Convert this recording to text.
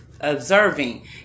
Observing